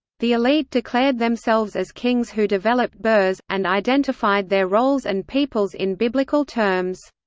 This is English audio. the elite declared themselves as kings who developed burhs, and identified their roles and peoples in biblical terms.